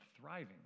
thriving